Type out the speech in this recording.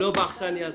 באכסניה הזאת.